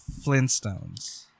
Flintstones